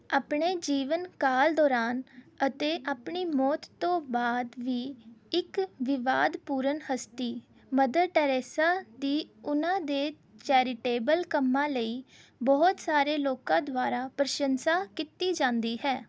ਆਪਣੇ ਜੀਵਨ ਕਾਲ ਦੌਰਾਨ ਅਤੇ ਆਪਣੀ ਮੌਤ ਤੋਂ ਬਾਅਦ ਵੀ ਇੱਕ ਵਿਵਾਦਪੂਰਨ ਹਸਤੀ ਮਦਰ ਟੈਰੇਸਾ ਦੀ ਉਨ੍ਹਾਂ ਦੇ ਚੈਰੀਟੇਬਲ ਕੰਮਾਂ ਲਈ ਬਹੁਤ ਸਾਰੇ ਲੋਕਾਂ ਦੁਆਰਾ ਪ੍ਰਸ਼ੰਸਾ ਕੀਤੀ ਜਾਂਦੀ ਹੈ